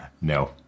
no